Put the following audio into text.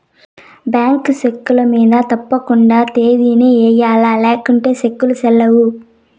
bank చెక్కుల మింద తప్పకండా తేదీని ఎయ్యల్ల లేకుంటే సెక్కులు సెల్లవ్